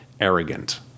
arrogant